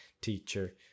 teacher